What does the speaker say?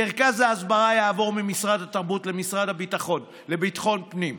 מרכז ההסברה יעבור ממשרד התרבות למשרד לביטחון פנים.